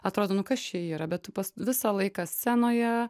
atrodo nu kas čia yra bet tu pas visą laiką scenoje